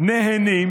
נהנים